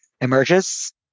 emerges